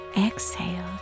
exhale